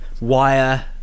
Wire